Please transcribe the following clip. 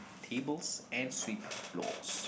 tables and sweep floors